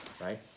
right